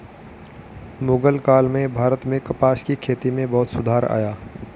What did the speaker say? मुग़ल काल में भारत में कपास की खेती में बहुत सुधार आया